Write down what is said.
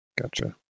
Gotcha